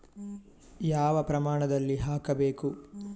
ಯಾವ ಪ್ರಮಾಣದಲ್ಲಿ ಹಾಕಬೇಕು?